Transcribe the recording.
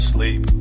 Sleep